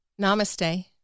namaste